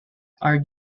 are